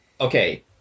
okay